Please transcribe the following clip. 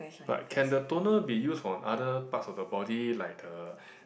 but can the toner be used on other parts of the body like the